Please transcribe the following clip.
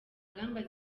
ngamba